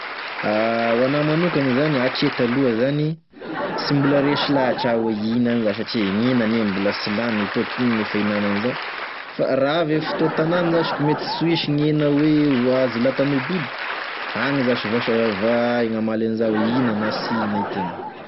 Ho anahy manokagny zany atreto aloa zany sy mbola resy lahatry aho hoe ihina aniza satria gn'hena ane mbola sy lany etoa k'ino gn'efa ihinana aniza fa raha avy e fotoa tanany zash mety sy hoisy gn'hena hoe azo lata eme biby agny zash vasha hay gn'amaly aniza ihina na sy ihina itegna.